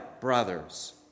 brothers